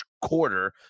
quarter